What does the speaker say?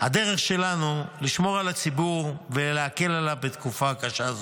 הדרך שלנו לשמור על הציבור ולהקל עליו בתקופה קשה זאת.